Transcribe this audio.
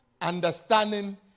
understanding